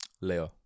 Leo